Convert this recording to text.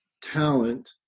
talent